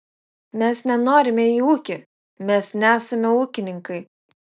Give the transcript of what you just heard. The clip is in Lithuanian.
mes nenorime į ūkį mes nesame ūkininkai